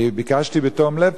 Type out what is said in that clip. אני ביקשתי בתום-לב,